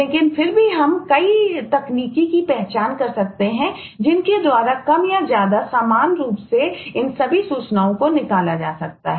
लेकिन फिर भी हम कई तकनीकों की पहचान कर सकते हैं जिनके द्वारा कम या ज्यादा समान रूप से इन सभी सूचनाओं को निकाला जा सकता है